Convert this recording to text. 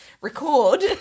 record